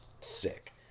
sick